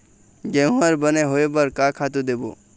गेहूं हर बने होय बर का खातू देबो?